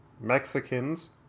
Mexicans